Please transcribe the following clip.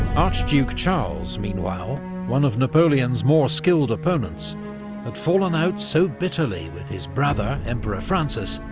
archduke charles, meanwhile one of napoleon's more skilled opponents had fallen out so bitterly with his brother, emperor francis,